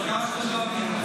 אפילו בשמאל לא רוצים אותך.